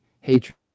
hatred